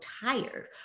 tired